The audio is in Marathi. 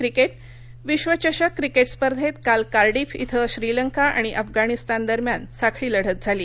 क्रिकेट विश्वचषक क्रिकेटस्पर्धेत काल कार्डिफ इथं श्रीलंका आणि अफगाणिस्तान दरम्यान साखळी लढत झाली